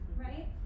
right